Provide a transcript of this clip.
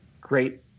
great